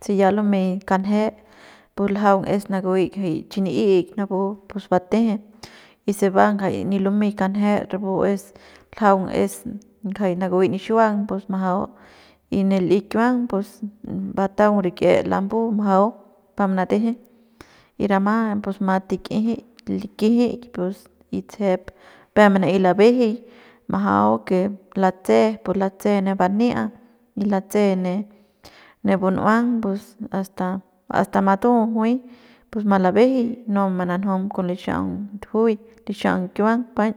Si ya lumey kanje pus ljaung es nakuy jay chi ni'i'ik napu pus bat'teje y se va ngajaik se nip lumey kanje rapu es ljaung es ngajay nakuy nixiuang pus majau y ne li'i kiuang pus bataun rik'ie lambu bajau pa manateje y rama pus mat tik'ijit likijik pus y tsejep peuk mana'ey labejey majau que latse pu latse ne bania y latse ne ne bun'uan asta matu juy pus malabejey no mananujum con lixa'aung ndujuy con lixaung kiuang paiñ